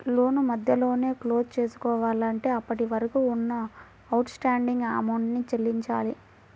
లోను మధ్యలోనే క్లోజ్ చేసుకోవాలంటే అప్పటివరకు ఉన్న అవుట్ స్టాండింగ్ అమౌంట్ ని చెల్లించాలి